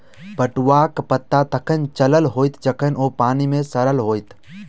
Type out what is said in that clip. पटुआक पता तखन चलल होयत जखन ओ पानि मे सड़ल होयत